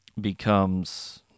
becomes